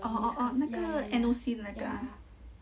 orh orh orh 那个 N_O_C 的那个啊